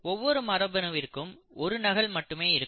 ஒவ்வொரு மரபணுவிற்கும் ஒரு நகல் மட்டுமே இருக்கும்